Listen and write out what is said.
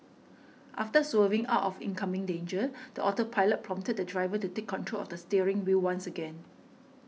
after swerving out of incoming danger the autopilot prompted the driver to take control of the steering wheel once again